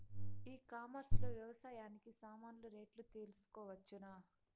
ఈ కామర్స్ లో వ్యవసాయానికి సామాన్లు రేట్లు తెలుసుకోవచ్చునా?